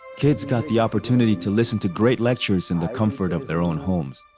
kids got the opportunity to listen to great lectures in the comfort of their own homes.